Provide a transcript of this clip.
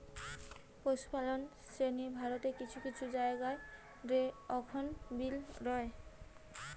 পশুপালক শ্রেণী ভারতের কিছু কিছু জায়গা রে অখন বি রয়